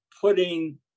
putting